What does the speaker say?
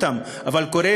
לא תמיד מנצלים אותם,